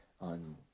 on